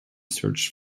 search